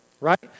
right